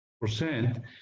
percent